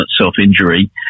self-injury